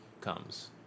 comes